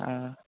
हँ